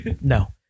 No